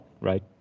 right